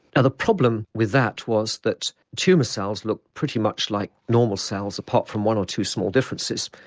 now the problem with that was that tumour cells look pretty much like normal cells apart from one or two small differences.